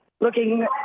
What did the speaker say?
looking